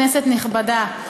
כנסת נכבדה,